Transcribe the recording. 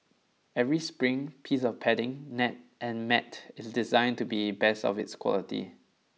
every spring piece of padding net and mat is designed to be best of its quality